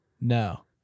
No